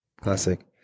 Classic